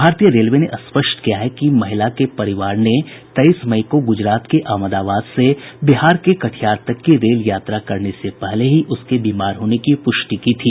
भारतीय रेलवे ने स्पष्ट किया है कि महिला के परिवार ने तेईस मई को गुजरात के अहमदाबाद से बिहार के कटिहार तक की रेल यात्रा करने से पहले ही उसके बीमार होने की पुष्टि की थी